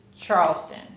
Charleston